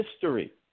history